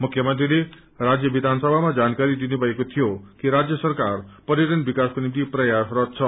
मुख्यमंत्रीले राज्य विधानसभामा जानकारी दिनु भएको थियो किराजय सरकार पर्यटन विकासको निम्ति प्रयासरत छ